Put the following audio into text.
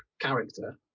character